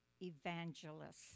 evangelists